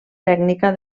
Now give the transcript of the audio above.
tècnica